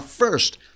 First